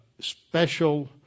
special